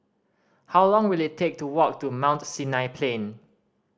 how long will it take to walk to Mount Sinai Plain